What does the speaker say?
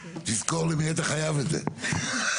תזכור למי אתה חייב את זה (בצחוק).